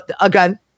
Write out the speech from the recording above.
Again